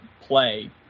play